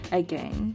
again